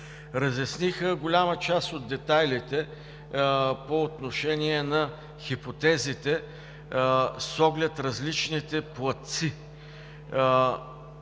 Разясниха голяма част от детайлите по отношение на хипотезите с оглед различните платци,